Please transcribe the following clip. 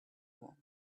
war